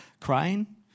crying